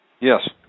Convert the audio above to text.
Yes